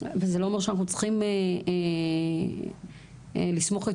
אבל זה לא אומר שאנחנו צריכים לסמוך את